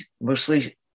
mostly